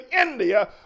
India